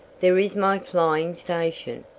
there is my flying station!